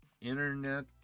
internet